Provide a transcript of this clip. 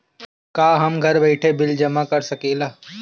का हम घर बइठे बिल जमा कर शकिला?